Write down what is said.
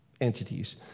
entities